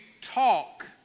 talk